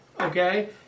okay